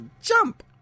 jump